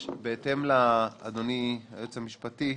אדוני היועץ המשפטי,